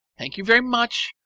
thank you very much,